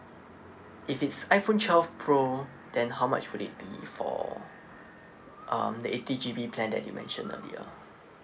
if it's iphone twelve pro then how much would it be for um the eighty G_B plan that you mentioned earlier